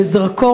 בזרקור,